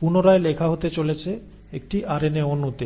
পুনরায় লেখা হতে চলেছে একটি আরএনএ অণুতে